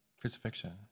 crucifixion